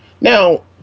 Now